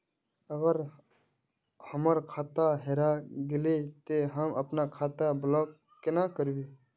अगर हमर खाता हेरा गेले ते हम अपन खाता ब्लॉक केना करबे?